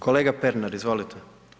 Kolega Pernar, izvolite.